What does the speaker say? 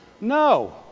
No